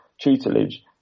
tutelage